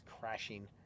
crashing